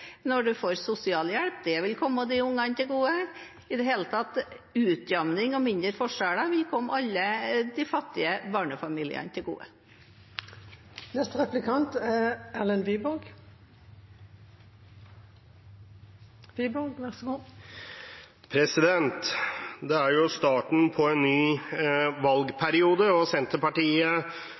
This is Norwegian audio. når man får sosialhjelp. Det vil komme de ungene til gode. I det hele tatt: Utjevning og mindre forskjeller vil komme alle de fattige barnefamiliene til gode. Det er starten på en ny valgperiode, og